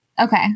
Okay